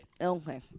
Okay